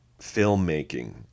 filmmaking